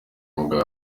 mugabo